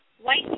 white